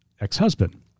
ex-husband